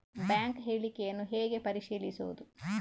Bank ಹೇಳಿಕೆಯನ್ನು ಹೇಗೆ ಪರಿಶೀಲಿಸುವುದು?